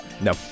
No